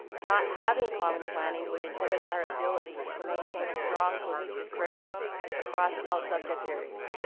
not having common planning would inhibit our ability to maintain a strong cohesive curriculum across all subject areas.